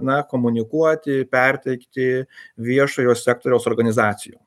na komunikuoti perteikti viešojo sektoriaus organizacijom